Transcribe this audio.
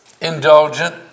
indulgent